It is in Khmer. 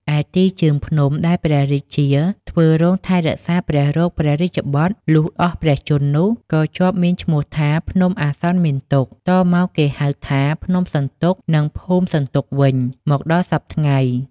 ឯទីជើងភ្នំដែលព្រះរាជាធ្វើរោងថែរក្សាព្រះរោគព្រះរាជបុត្រលុះដល់អស់ព្រះជន្មនោះ ក៏ជាប់មានឈ្មោះថា ភ្នំអាសន្នមានទុក្ខ តមកគេហៅថា ភ្នំសន្ទុក និង ភូមិសន្ទុក វិញមកដល់សព្វថ្ងៃ ។